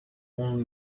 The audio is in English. only